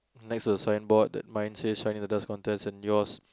next to the signboard that mine says sign in the dance contest and yours